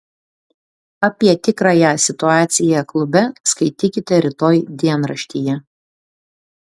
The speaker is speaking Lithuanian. apie tikrąją situaciją klube skaitykite rytoj dienraštyje